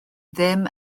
ddim